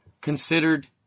considered